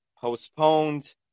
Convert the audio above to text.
postponed